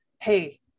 Hey